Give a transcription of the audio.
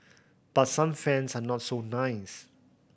but some fans are not so nice